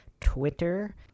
twitter